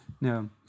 No